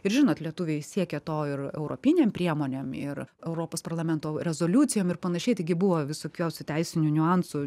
ir žinot lietuviai siekė to ir europinėm priemonėm ir europos parlamento rezoliucijom ir panašiai taigi buvo visokiausių teisinių niuansų